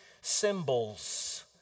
symbols